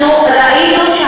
זה לא תרבות, זה טרור.